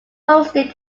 hosted